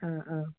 ആ ആ